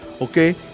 Okay